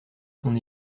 son